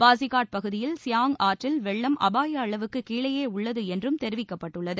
பாஸிகாட் பகுதியில் சியாங் ஆற்றில் வெள்ளம் அபாய அளவுக்கு கீழேயே உள்ளது என்றும் தெரிவிக்கப்பட்டுள்ளது